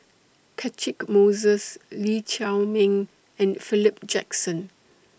Catchick Moses Lee Chiaw Meng and Philip Jackson